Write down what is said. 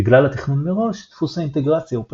בגלל התכנון מראש דפוס האינטגרציה הוא פשוט.